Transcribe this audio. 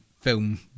film